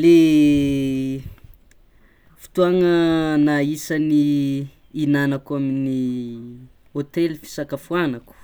Le fotoagna na isan'ny ihignanako amin'ny hôtely fisakafoanako